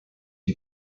you